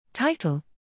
Title